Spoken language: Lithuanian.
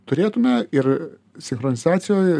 turėtume ir sinchronizacijoj